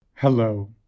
hello